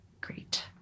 Great